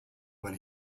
when